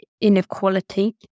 inequality